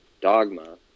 Dogma